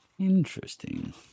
Interesting